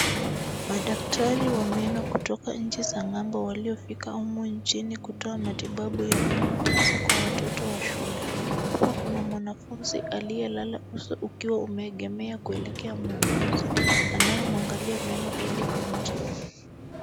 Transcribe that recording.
Madaktari wa meno kutoka nchi za nga'mbo waliofika humu nchini kutoa matibabu ya meno hasa kwa watoto wa shule. Hapa kuna mwanafunzi aliyelala uso ukiwa umeegemea kuelekea muunguzi, anayemwangalia meno ili kumtibu.